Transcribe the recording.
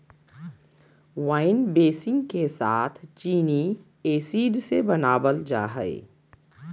wine बेसींग के साथ चीनी एसिड से बनाबल जा हइ